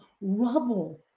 rubble